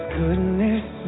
goodness